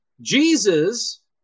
Jesus